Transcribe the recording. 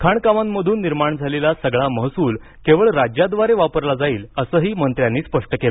खाणकामांमधून निर्माण झालेला सर्व महसूल केवळ राज्याद्वारे वापरला जाईल असंही मंत्र्यांनी स्पष्ट केलं